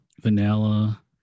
vanilla